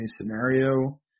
scenario